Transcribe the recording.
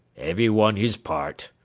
everyone his part,